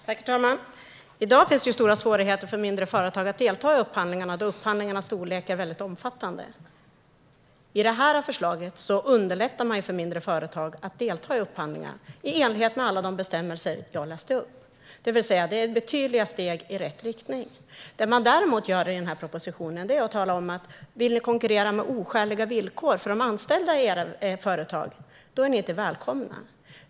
Herr talman! I dag finns det stora svårigheter för mindre företag att delta i upphandlingarna, då upphandlingarnas storlek är väldigt omfattande. I det här förslaget underlättar man för mindre företag att delta i upphandlingar i enlighet med alla de bestämmelser jag räknade upp. Det tas alltså betydliga steg i rätt riktning. Det man däremot gör i den här propositionen är att tala om att de som vill konkurrera med oskäliga villkor för de anställda i företaget inte är välkomna.